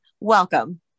Welcome